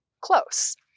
close